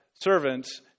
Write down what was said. servants